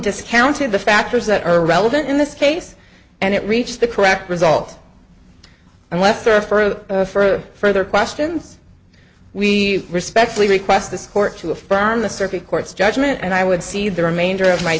discounted the factors that are relevant in this case and it reached the correct result and left for further for further questions we respectfully request the court to affirm the circuit court's judgment and i would see the remainder of my